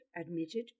admitted